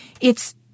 It's—